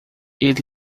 ele